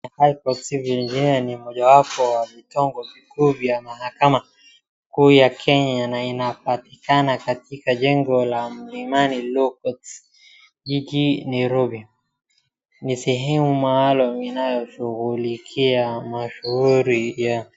Hii ni yenye mojawapo ya vitengo vikuu vya mahakama kuu ya Kenya na inapatikana katika jengo la MILIMANI LAW COURT jiji Nairobi, ni sehemu maalum inayoshughulikia mashuuri ya...